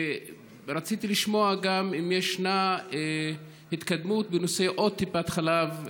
ורציתי לשמוע אם יש גם התקדמות בנושא עוד טיפת חלב,